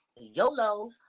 YOLO